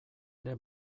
ere